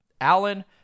Allen